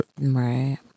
Right